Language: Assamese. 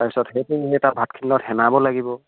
তাৰপিছত সেইটো সেই তাৰ ভাতখিনি লগত সানিব লাগিব